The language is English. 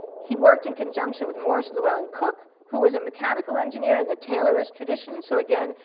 he worked in conjunction with morris llewellyn cooke, who was a mechanical engineer in the tailorist tradition so again,